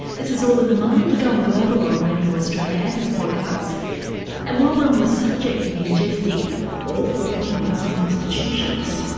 this is all in the mind going global on radio australia and as podcast and while we're on the subject of ingesting awful things institutions.